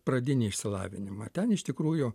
pradinį išsilavinimą ten iš tikrųjų